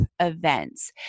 events